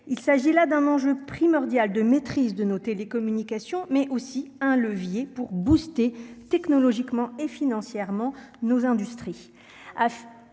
il s'agit là d'un enjeu primordial de maîtrise de nos télécommunications mais aussi un levier pour bouster technologiquement et financièrement nos industries,